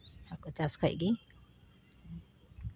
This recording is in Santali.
ᱪᱟᱥ ᱠᱷᱚᱡ ᱜᱮ